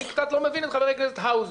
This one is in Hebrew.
אני קצת לא מבין את חבר הכנסת האוזר,